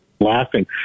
laughing